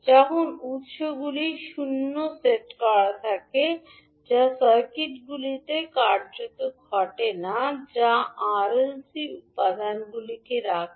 যখন উত্সগুলি শূন্যে সেট করা থাকে যা সার্কিটগুলিতে কার্যত ঘটে না যা আরএলসি উপাদানগুলি রাখে